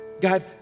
God